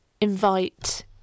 invite